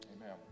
amen